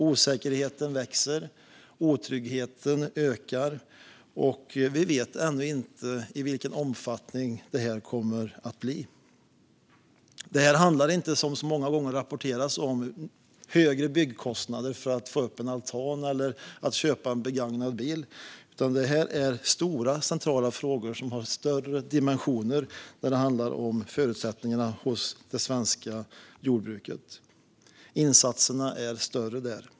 Osäkerheten växer, otryggheten ökar, och vi vet ännu inte vilken omfattning det kommer att bli. Det handlar inte om högre byggkostnader för att få upp en altan eller att köpa en begagnad bil, som så många gånger rapporteras om. Det här är stora centrala frågor som har större dimensioner när det handlar om förutsättningarna hos det svenska jordbruket. Insatserna är större där.